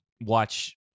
watch